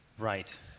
Right